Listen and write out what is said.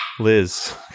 Liz